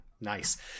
Nice